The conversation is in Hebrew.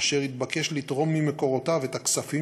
אשר יתבקש לתרום ממקורותיו את הכספים